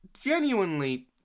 genuinely